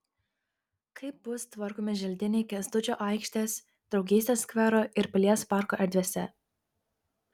kaip bus tvarkomi želdiniai kęstučio aikštės draugystės skvero ir pilies parko erdvėse